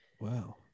Wow